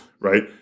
right